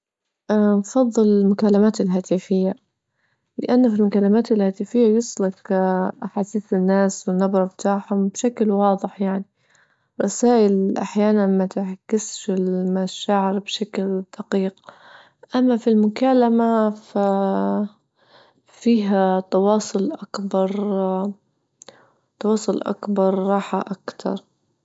اه نفضل المكالمات الهاتفية لأن في المكالمات الهاتفية يصلك أحاسيس الناس والنبر بتاعهم بشكل واضح يعني، رسائل أحيانا ما تعكسش المشاعر بشكل دقيق، أما في المكالمة ف فيها تواصل أكبر تواصل أكبر راحة أكتر.